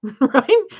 right